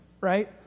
right